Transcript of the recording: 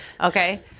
Okay